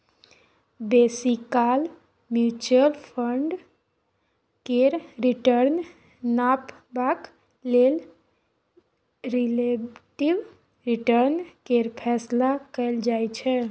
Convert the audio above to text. बेसी काल mutual fund केर रिटर्न नापबाक लेल रिलेटिब रिटर्न केर फैसला कएल जाइ छै